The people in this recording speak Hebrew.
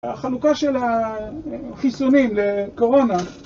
החלוקה של החיסונים לקורונה